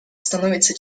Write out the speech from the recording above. становится